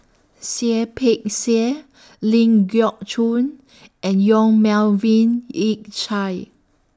Seah Peck Seah Ling Geok Choon and Yong Melvin Yik Chye